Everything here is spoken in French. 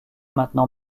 maintenant